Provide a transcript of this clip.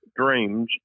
Dreams